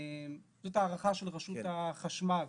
זאת הערכה של רשות החשמל.